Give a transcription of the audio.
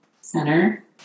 center